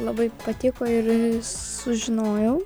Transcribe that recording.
labai patiko ir sužinojau